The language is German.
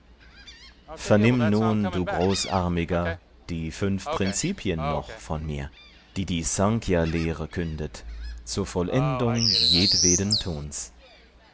vernimm nun du großarmiger die fünf prinzipien noch von mir die die snkhya lehre kündet zur vollendung jedweden